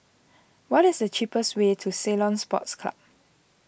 what is the cheapest way to Ceylon Sports Club